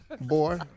Boy